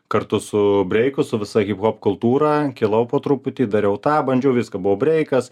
kartu su breiku su visa hiphop kultūra kilau po truputį dariau tą bandžiau viską buvo breikas